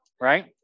Right